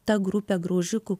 ta grupė graužikų